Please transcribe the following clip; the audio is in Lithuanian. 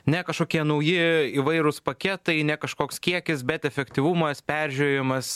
ne kažkokie nauji įvairūs paketai ne kažkoks kiekis bet efektyvumas peržiūrėjimas